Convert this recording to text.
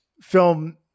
film